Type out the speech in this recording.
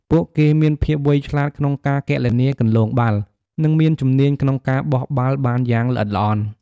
ពួកគេមានភាពវៃឆ្លាតក្នុងការគណនាគន្លងបាល់ និងមានជំនាញក្នុងការបោះបាល់បានយ៉ាងល្អិតល្អន់។